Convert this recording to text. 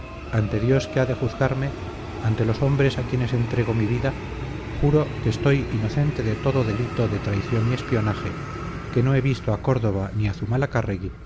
ante dios que ha de juzgarme ante los hombres a quienes entrego mi vida juro que estoy inocente de todo delito de traición y espionaje que no he visto a córdoba ni a